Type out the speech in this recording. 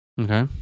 Okay